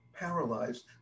paralyzed